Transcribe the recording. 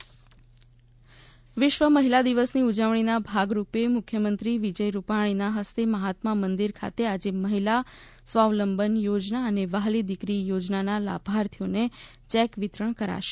વિશ્વ મહિલા દિન વિશ્વ મહિલા દિવસની ઉજવણીના ભાગરૂપે મુખ્યમંત્રી વિજય રૂપાણીના હસ્તે મહાત્મા મંદિર ખાતે આજે મહિલા સ્વાવલંબન યોજના અને વ્હાલી દિકરી યોજનાના લાભાર્થીઓને ચેક વિતરણ કરાશે